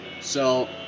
so-